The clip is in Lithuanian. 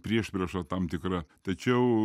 priešprieša tam tikra tačiau